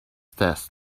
test